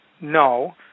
no